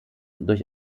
durch